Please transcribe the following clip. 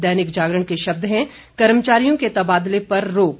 दैनिक जागरण के शब्द हैं कर्मचारियों के तबादले पर रोक